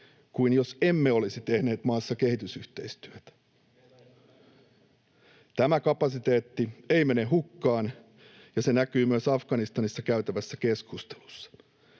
kuin jos emme olisi tehneet maassa kehitysyhteistyötä. Tämä kapasiteetti ei mene hukkaan, ja se näkyy myös Afganistanissa käytävässä keskustelussa: